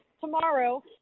tomorrow